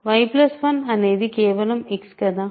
y 1 అనేది కేవలం X కదా